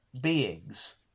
beings